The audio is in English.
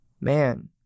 Man